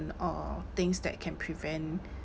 or things that can prevent